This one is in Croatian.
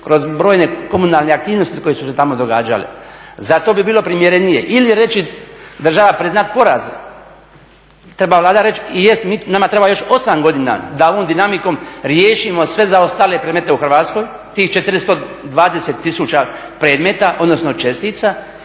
kroz brojne komunalne aktivnosti koje su se tamo događale. Zato bi bilo primjerenije ili reći država priznati poraz, treba Vlada reći jest nama treba još 8 godina da ovom dinamikom riješimo sve zaostale predmete u Hrvatskoj, tih 420 tisuća predmeta, odnosno čestica